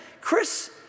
Chris